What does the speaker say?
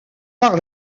par